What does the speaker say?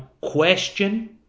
question